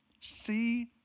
See